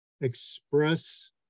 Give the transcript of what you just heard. express